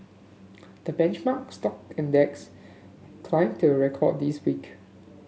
the benchmark stock index climbed to a record this week